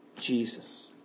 Jesus